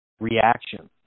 reaction